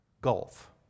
gulf